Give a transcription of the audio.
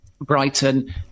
Brighton